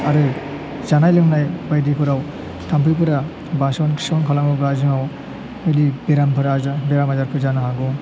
आरो जानाय लोंनाय बायदिफोराव थाम्फैफोरा बासन खिसन खालामोबा जोंनाव गिदिर बेरामफोरा बेराम आजारफोर जानो हागौ